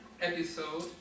episode